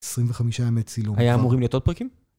25 ימי צילום. היה אמורים להיות עוד פרקים?